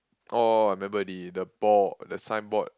oh I remember already the board the signboard